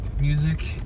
music